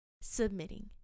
Submitting